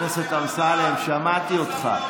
חבר הכנסת אמסלם, שמעתי אותך.